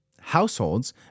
Households